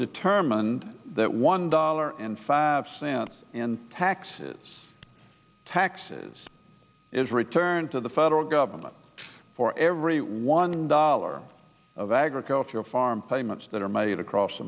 determined that one dollar and five cents in taxes taxes is returned to the federal government for every one dollar of agriculture farm payments that are made across